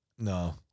No